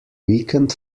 weekend